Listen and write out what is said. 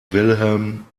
wilhelm